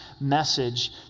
message